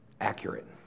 accurate